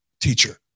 teacher